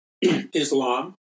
Islam